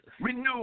Renew